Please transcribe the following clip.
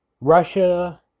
Russia